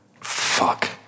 Fuck